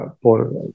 por